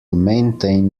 maintain